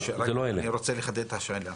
אני רוצה לחדד את השאלה.